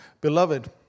Beloved